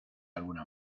alguna